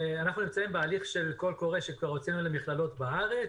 אנחנו נמצאים בהליך של קול קורא שכבר הוצאנו למכללות בארץ.